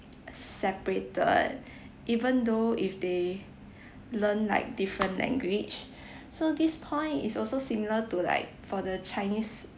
separated even though if they learn like different language so this point is also similar to like for the chinese